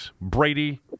Brady